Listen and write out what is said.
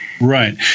Right